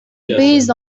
based